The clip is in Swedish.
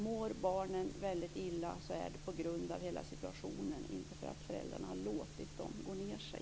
Mår barnen väldigt illa är det på grund av hela situationen, inte på grund av att föräldrarna har låtit dem gå ned sig.